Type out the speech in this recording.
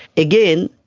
again,